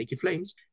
flames